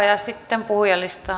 ja sitten puhujalistaan